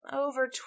over